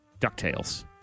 DuckTales